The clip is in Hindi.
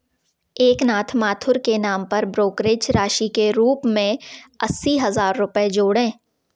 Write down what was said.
एकनाथ माथुर के नाम पर ब्रोकरेज राशि के रूप में रूप में अस्सी हज़ार रुपये जोड़ें